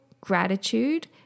gratitude